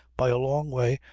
by a long way,